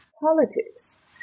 politics